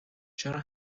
چرا